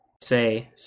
say